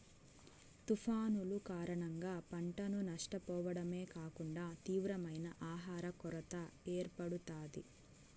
తుఫానులు కారణంగా పంటను నష్టపోవడమే కాకుండా తీవ్రమైన ఆహర కొరత ఏర్పడుతాది